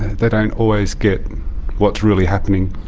they don't always get what's really happening